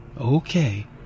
Okay